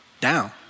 down